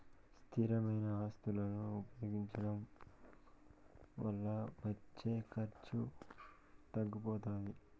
స్థిరమైన ఆస్తులను ఉపయోగించడం వల్ల వచ్చే ఖర్చు తగ్గిపోతాది